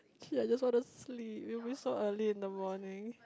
actually I just want to sleep we meet so early in the morning